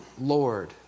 Lord